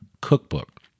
Cookbook